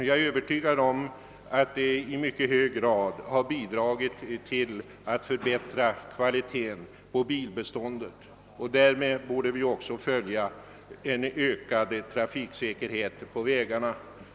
Jag är övertygad om att den i mycket hög grad har bidragit till att förbättra kvaliteten på bilbeståndet. Därmed borde också följa en ökad trafiksäkerhet på vägarna.